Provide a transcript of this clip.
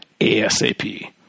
ASAP